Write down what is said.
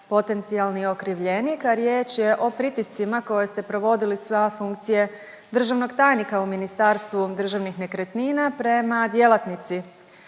potencijalni okrivljenik, a riječ je o pritiscima koje ste provodili sa funkcije državnog tajnika u Ministarstvu državnih nekretnina prema djelatnici